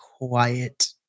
quiet